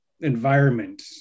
environment